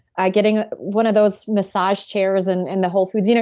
ah getting ah one of those massage chairs in and the whole foods. you know